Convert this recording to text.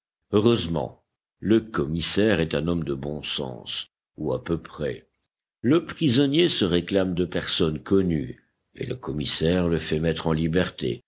heureusement le commissaire est un homme de bon sens ou à peu près le prisonnier se réclame de personnes connues et le commissaire le fait mettre en liberté